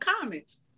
comments